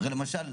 למשל,